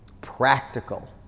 practical